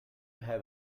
have